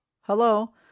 Hello